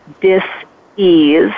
dis-ease